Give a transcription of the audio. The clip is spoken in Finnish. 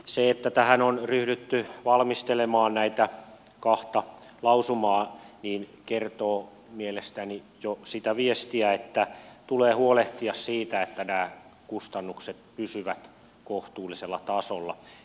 se että tähän on ryhdytty valmistelemaan näitä kahta lausumaa kertoo mielestäni jo sitä viestiä että tulee huolehtia siitä että nämä kustannukset pysyvät kohtuullisella tasolla